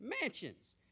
mansions